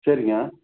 சரிங்க